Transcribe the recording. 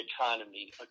economy